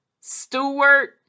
Stewart